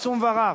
עצום ורב,